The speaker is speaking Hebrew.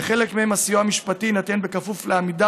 בחלק מהן הסיוע המשפטי יינתן בכפוף לעמידה